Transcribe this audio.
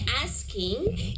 asking